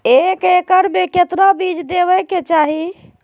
एक एकड़ मे केतना बीज देवे के चाहि?